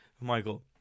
Michael